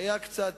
היה קצת,